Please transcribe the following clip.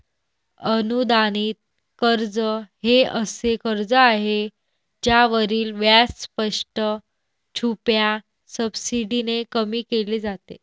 अनुदानित कर्ज हे असे कर्ज आहे ज्यावरील व्याज स्पष्ट, छुप्या सबसिडीने कमी केले जाते